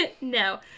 No